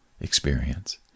experience